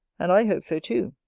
and i hope so too,